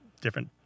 different